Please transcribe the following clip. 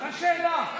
מה השאלה?